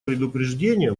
предупреждения